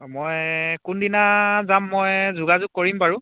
মই কোনদিনা যাম মই যোগাযোগ কৰিম বাৰু